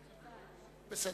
בסדר.